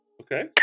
okay